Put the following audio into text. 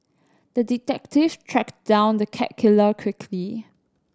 the detective tracked down the cat killer quickly